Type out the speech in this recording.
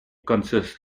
consist